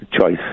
choice